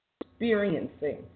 experiencing